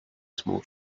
small